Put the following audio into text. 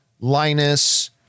Linus